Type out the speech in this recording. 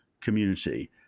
community